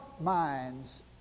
minds